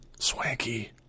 Swanky